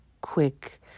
quick